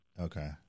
Okay